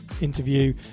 interview